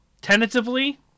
tentatively